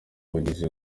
bugizi